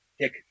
kick